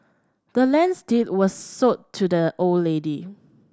the land's deed was sold to the old lady